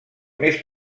més